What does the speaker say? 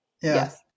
Yes